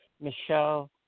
Michelle